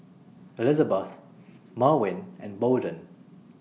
Elizebeth Merwin and Bolden